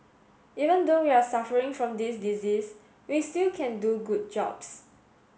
even though we are suffering from this disease we still can do good jobs